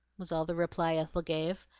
was all the reply ethel gave,